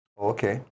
Okay